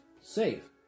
Safe